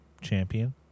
champion